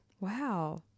Wow